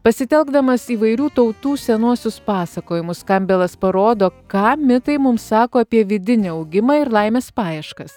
pasitelkdamas įvairių tautų senuosius pasakojimus kambelas parodo ką mitai mums sako apie vidinį augimą ir laimės paieškas